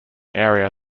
area